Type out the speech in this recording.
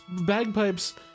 bagpipes